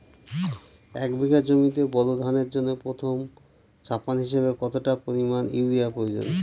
এক বিঘা জমিতে বোরো ধানের জন্য প্রথম চাপান হিসাবে কতটা পরিমাণ ইউরিয়া প্রয়োজন?